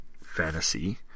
fantasy